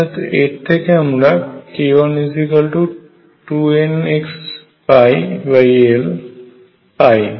অর্থাৎ এর থেকে আমরা k12nxl পায়